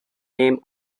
name